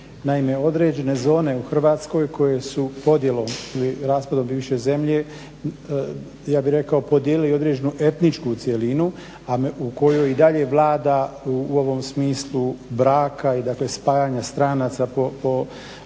Naime, određene zone u Hrvatskoj koje su podjelom ili raspadom bivše zemlje, ja bih rekao podijelili i određenu etničku cjelinu, a u kojoj i dalje vlada u ovom smislu braka i dakle spajanja stranaca po osnovu